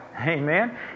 amen